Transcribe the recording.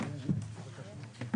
הישיבה